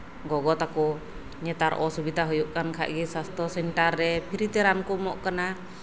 ᱜᱚᱜᱚ ᱛᱟᱠᱚ ᱱᱮᱛᱟᱨ ᱚᱥᱩᱵᱤᱫᱷᱟ ᱦᱩᱭᱩᱜ ᱛᱟᱠᱚ ᱠᱷᱟᱱ ᱜᱮ ᱥᱟᱥᱛᱷᱚ ᱥᱮᱱᱴᱟᱨ ᱨᱮ ᱯᱷᱤᱨᱤᱛᱮ ᱨᱟᱱ ᱠᱚ ᱮᱢᱚᱜ ᱠᱟᱱᱟ